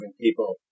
people